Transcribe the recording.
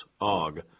Og